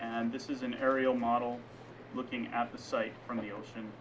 and this is an aerial model looking at the site from the ocean